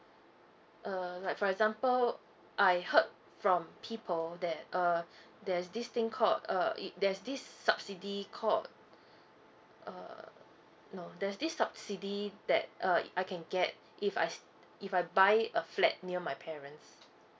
uh like for example I heard from people that uh there's this thing called uh it there's this subsidy called uh no there's this subsidy that uh I can get if I s~ if I buy a flat near my parents